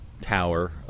tower